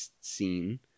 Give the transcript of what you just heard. scene